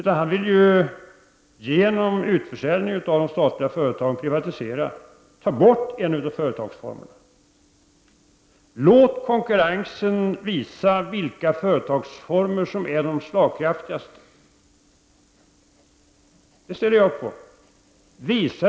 Han vill med hjälp av utförsäljning av de statliga företagen privatisera, dvs. ta bort en av företagsformerna. Låt konkurrensen visa vilka företagsformer som är de slagkraftigaste. Det ställer jag upp på.